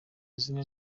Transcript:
izina